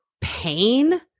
pain